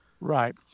right